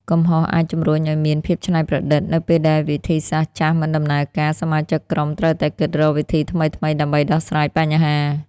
កំហុសអាចជំរុញឲ្យមាន ភាពច្នៃប្រឌិត។ នៅពេលដែលវិធីសាស្ត្រចាស់មិនដំណើរការ សមាជិកក្រុមត្រូវតែគិតរកវិធីថ្មីៗដើម្បីដោះស្រាយបញ្ហា។